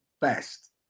best